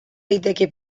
liteke